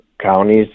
counties